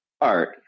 art